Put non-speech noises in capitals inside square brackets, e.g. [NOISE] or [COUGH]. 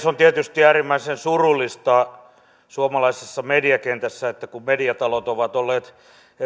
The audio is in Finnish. [UNINTELLIGIBLE] on tietysti äärimmäisen surullista suomalaisessa mediakentässä että kun mediatalot ovat olleet